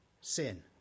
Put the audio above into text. sin